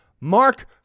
Mark